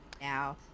now